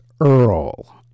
Earl